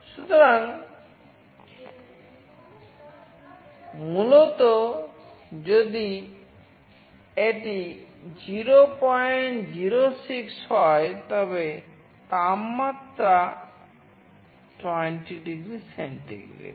সুতরাং মূলতঃ যদি এটি 006 হয় তবে তাপমাত্রা 20 ডিগ্রি সেন্টিগ্রেড